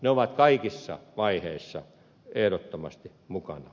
ne ovat kaikissa vaiheissa ehdottomasti mukana